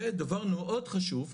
ודבר מאוד חשוב,